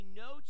no